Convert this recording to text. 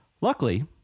Luckily